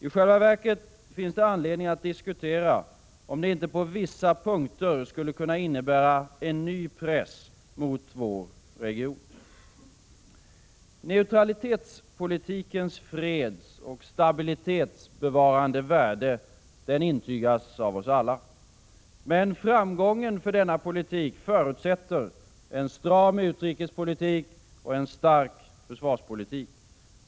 I själva verket finns det anledning att diskutera om det inte på vissa punkter skulle kunna innebära en ny press mot vår region. Neutralitetspolitikens fredsoch stabilitetsbevarande värde intygas av oss alla. Men framgången för denna politik förutsätter en stram utrikespolitik och en stark försvarspolitik.